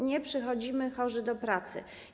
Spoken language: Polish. Nie przychodzimy chorzy do pracy.